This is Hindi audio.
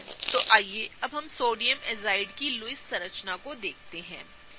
तो आइए अब हम सोडियम एज़ाइड की लुईस संरचना को देखें